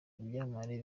ibyamamare